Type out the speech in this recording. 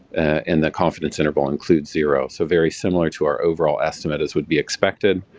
and the confidence interval includes zero. so, very similar to our overall estimate as would be expected.